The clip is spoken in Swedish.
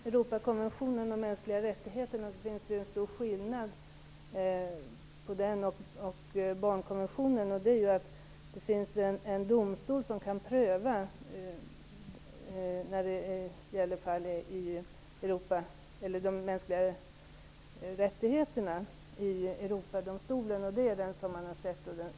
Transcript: Fru talman! Det finns en stor skillnad mellan Europakonventionen om mänskliga rättigheter och barnkonventionen, och det är att det finns en domstol, Europadomstolen, som kan pröva fall som gäller de mänskliga rättigheterna. Det är den stora skillnaden.